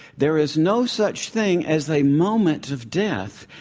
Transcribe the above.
there is no such thing as a moment of death,